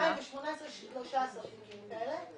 ב-2018 יש 13 תיקים כאלה.